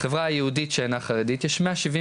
בחברה היהודית שאינה חרדית יש מאה שבעים